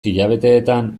hilabeteetan